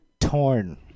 torn